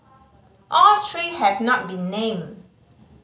all three have not been named